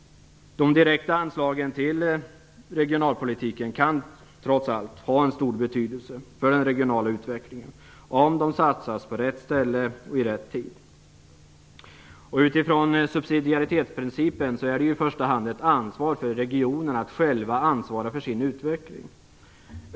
De direkta anslagen till regionalpolitiken kan trots allt ha en stor betydelse för den regionala utvecklingen, om de satsas på rätt ställe och i rätt tid. Utifrån subsidiaritetsprincipen är ansvaret för utvecklingen i första hand ett ansvar för regionerna.